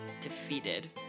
defeated